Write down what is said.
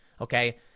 okay